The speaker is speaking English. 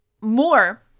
more